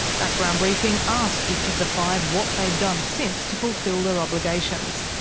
background briefing asked each of the five what they'd done since to fulfil their obligations,